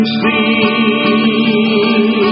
see